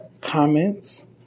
comments